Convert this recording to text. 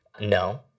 No